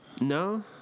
No